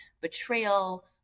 betrayal